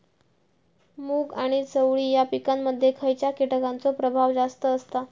मूग आणि चवळी या पिकांमध्ये खैयच्या कीटकांचो प्रभाव जास्त असता?